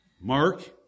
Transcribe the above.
Mark